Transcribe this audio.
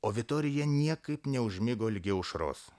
o vitorija niekaip neužmigo ligi aušros